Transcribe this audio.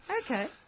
Okay